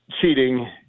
cheating